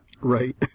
Right